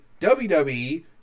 WWE